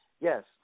yes